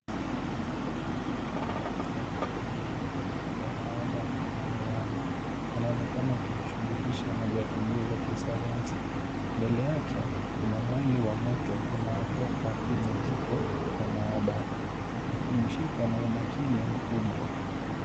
Mwanafunzi wa kike akiwa amevalia koti jeupe la maabara na miwani. Anaonekana akijishughulisha na jaribio la kisayansi. Mbele yake kuna mwali wa moto unaotoka kwenye jiko la maabara, akiushika na umakini mkubwa.